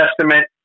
Testament